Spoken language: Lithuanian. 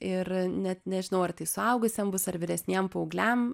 ir net nežinau ar tai suaugusiem bus ar vyresniem paaugliam